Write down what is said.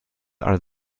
are